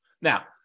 Now